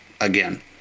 again